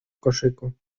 koszyku